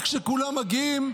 רק כשכולם מגיעים,